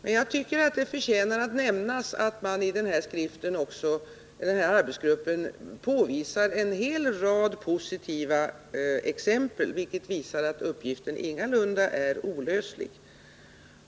Men jag tycker att det förtjänar nämnas att arbetsgruppen i skriften också anger en hel rad positiva exempel, vilket visar att uppgiften ingalunda är olöslig.